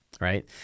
right